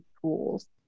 tools